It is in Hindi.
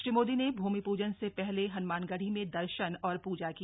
श्री मोदी ने भूमि पूजन से पहले हन्मानगढ़ी में दर्शन और पूजा की